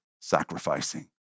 sacrificing